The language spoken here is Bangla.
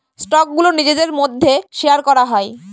স্টকগুলো নিজেদের মধ্যে শেয়ার করা হয়